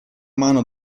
mano